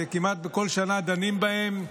וכמעט בכל שנה דנים בהן,